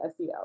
SEO